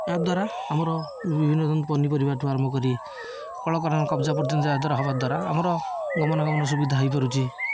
ଏହାଦ୍ୱାରା ଆମର ବିଭିନ୍ନ ପନିପରିବାଠୁ ଆରମ୍ଭ କରି କଳକବଜା ପର୍ଯ୍ୟନ୍ତ ହେବା ଦ୍ୱାରା ଆମର ଗମନାଗମନ ସୁବିଧା ହୋଇପାରୁଛି